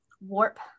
warp